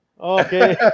Okay